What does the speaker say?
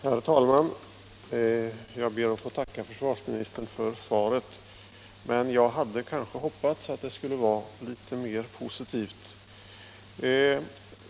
Herr talman! Jag ber att få tacka försvarsministern för svaret, men jag hade hoppats att det skulle ha varit litet mer positivt.